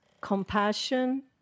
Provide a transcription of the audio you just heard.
compassion